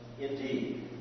Indeed